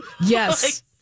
Yes